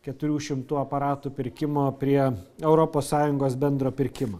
keturių šimtų aparatų pirkimo prie europos sąjungos bendro pirkimo